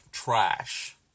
trash